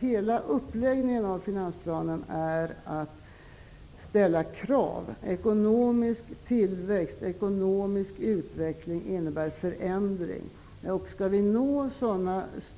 Hela uppläggningen av finansplanen går ju ut på att ställa krav. Ekonomisk tillväxt, ekonomisk utveckling, innebär en förändring. För att kunna nå